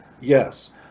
Yes